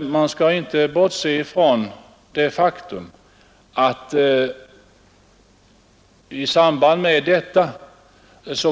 Man skall dock inte bortse från det faktum att det i samband med detta